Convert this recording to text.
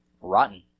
rotten